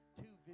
two